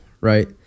right